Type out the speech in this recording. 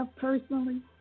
personally